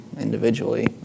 individually